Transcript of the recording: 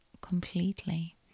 completely